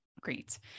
Great